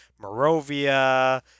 morovia